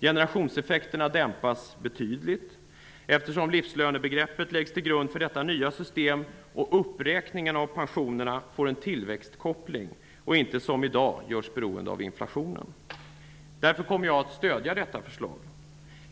Generationseffekterna dämpas betydligt eftersom livslönebegreppet läggs till grund för detta nya system och uppräkningen av pensionerna får en tillväxtkoppling och inte som i dag görs beroende av inflationen. Därför kommer jag att stödja detta förslag.